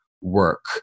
work